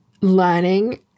learning